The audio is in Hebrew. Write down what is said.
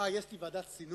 אה, יש לי ועדת סינון.